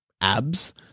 abs